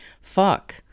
Fuck